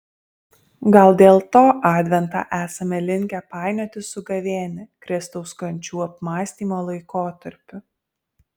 gal dėl to adventą esame linkę painioti su gavėnia kristaus kančių apmąstymo laikotarpiu